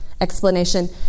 explanation